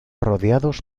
rodeados